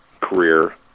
career